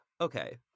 okay